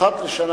אחת לשנה,